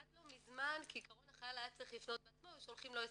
עד לא מזמן כעקרון החייל היה צריך לפנות בעצמו ושולחים לו סמסים,